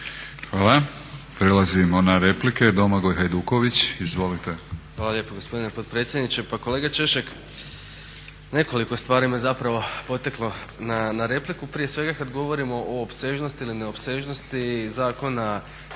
Hvala. Prelazimo na replike, Domagoj Hajduković. Izvolite. **Hajduković, Domagoj (SDP)** Hvala lijepa gospodine potpredsjedniče. Pa kolega Češek, nekoliko stvari me zapravo potaklo na repliku. Prije svega kad govorimo o opsežnosti ili neopsežnosti zakona,